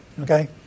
Okay